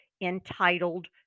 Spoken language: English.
entitled